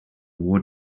war